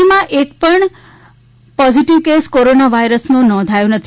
રાજ્યમાં એક પણ પોઝીટીવ કેસ કોરોના વાયરસનો નોંધાયો નથી